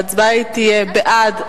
ההצבעה תהיה: בעד,